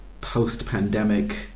post-pandemic